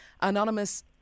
Anonymous